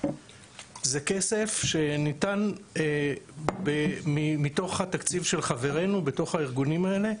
זה כסף שניתן מתוך התקציב של חברינו בתוך הארגונים האלה,